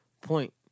point